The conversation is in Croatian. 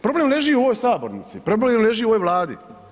Problem leži u ovoj sabornici, problem leži u ovoj Vladi.